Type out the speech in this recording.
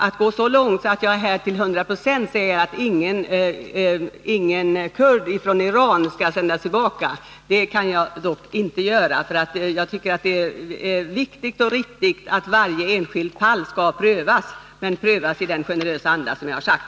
Att gå så långt att jag till 100 92 säger att ingen kurd från Iran skall sändas tillbaka kan jag dock inte göra. Jag tycker att det är viktigt och riktigt att varje enskilt fall prövas, men prövas i den generösa anda som jag har sagt.